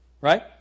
Right